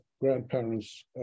grandparents